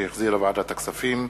שהחזירה ועדת הכספים.